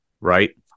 right